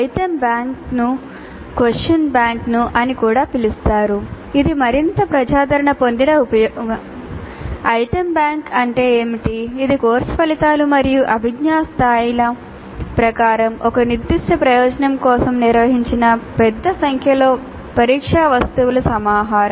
item bank ప్రకారం ఒక నిర్దిష్ట ప్రయోజనం కోసం నిర్వహించిన పెద్ద సంఖ్యలో పరీక్షా వస్తువుల సమాహారం